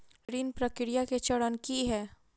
ऋण प्रक्रिया केँ चरण की है?